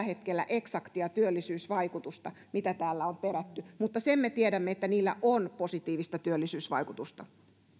hetkellä eksaktia työllisyysvaikutusta jollaista täällä on perätty mutta sen me tiedämme että niillä on positiivista työllisyysvaikutusta